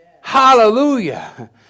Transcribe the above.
Hallelujah